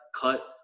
cut